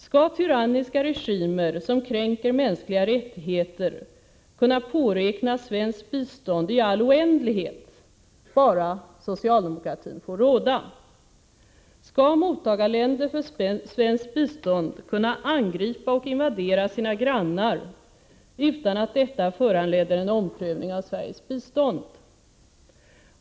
Skall tyranniska regimer som kränker mänskliga rättigheter kunna påräkna svenskt bistånd i all oändlighet bara socialdemokratin får råda? Skall mottagarländer för svenskt bistånd kunna angripa och invadera sina grannar utan att detta föranleder en omprövning av Sveriges bistånd?